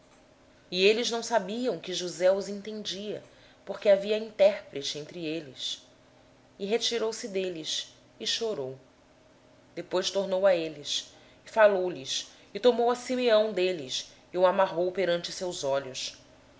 eles não sabiam que josé os entendia porque havia intérprete entre eles nisto josé se retirou deles e chorou depois tornou a eles falou lhes e tomou a simeão dentre eles e o amarrou perante os seus olhos